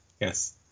Yes